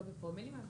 זה לא בפרומילים.